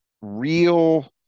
real